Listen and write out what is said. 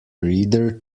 reader